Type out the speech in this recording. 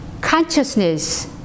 Consciousness